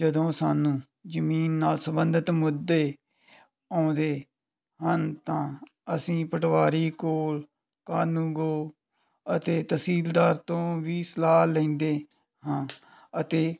ਜਦੋਂ ਸਾਨੂੰ ਜ਼ਮੀਨ ਨਾਲ ਸੰਬੰਧਿਤ ਮੁੱਦੇ ਆਉਂਦੇ ਹਨ ਤਾਂ ਅਸੀਂ ਪਟਵਾਰੀ ਕੋਲ ਕਾਨੂਗੋ ਅਤੇ ਤਹਿਸੀਲਦਾਰ ਤੋਂ ਵੀ ਸਲਾਹ ਲੈਂਦੇ ਹਾਂ ਅਤੇ